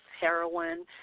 heroin